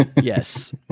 Yes